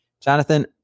Jonathan